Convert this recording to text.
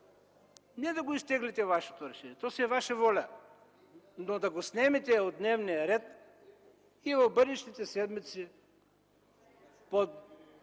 не да изтеглите вашето решение, то си е ваша воля, но да го снемете от дневния ред и в бъдещите седмици...